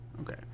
Okay